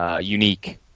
unique